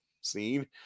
scene